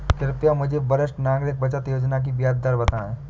कृपया मुझे वरिष्ठ नागरिक बचत योजना की ब्याज दर बताएं?